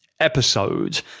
Episode